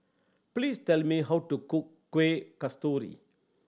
please tell me how to cook Kueh Kasturi